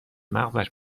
مغزش